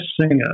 singer